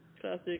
Classic